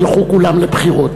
ילכו כולם לבחירות.